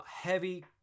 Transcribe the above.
heavy